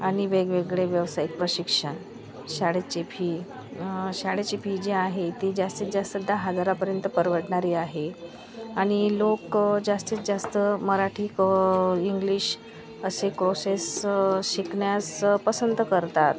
आणि वेगवेगळे व्यवसायिक प्रशिक्षण शाळेची फी शाळेची फी जी आहे ती जास्तीत जास्त दहा हजारापर्यंत परवडणारी आहे आणि लोक जास्तीत जास्त मराठी क इंग्लिश असे क्रोशेस शिकण्यास पसंत करतात